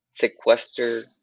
sequester